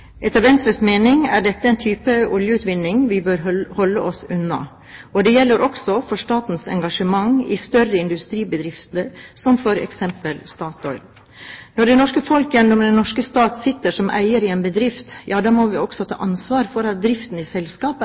Etter Venstres mening er dette en type oljeutvinning vi bør holde oss unna, og det gjelder også for statens engasjement i større industribedrifter, som f.eks. Statoil. Når det norske folk gjennom den norske stat sitter som eier i en bedrift, ja, da må vi også ta ansvar for at driften i selskapet